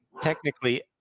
Technically